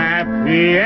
Happy